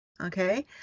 okay